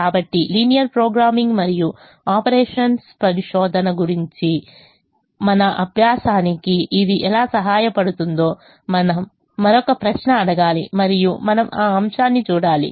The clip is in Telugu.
కాబట్టి లీనియర్ ప్రోగ్రామింగ్ మరియు ఆపరేషన్స్ పరిశోధన గురించి మన అభ్యాసానికి ఇది ఎలా సహాయపడుతుందో మనం మరొక ప్రశ్న అడగాలి మరియు మనం ఆ అంశాన్ని చూడాలి